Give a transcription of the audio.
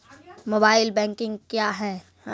Mobile banking क्या हैं?